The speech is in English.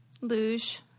Luge